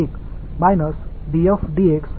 எனவே இந்த என்னுடையது இது எனது V